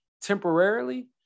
temporarily